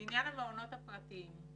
בעניין המעונות הפרטיים.